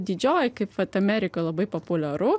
didžioji kaip vat amerika labai populiaru